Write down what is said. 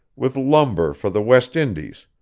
with lumber for the west indies,